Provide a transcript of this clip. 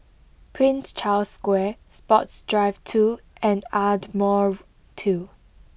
Prince Charles Square Sports Drive two and Ardmore two